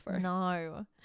No